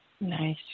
Nice